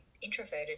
introverted